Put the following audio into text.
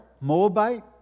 Moabite